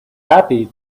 happy